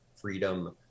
freedom